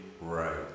right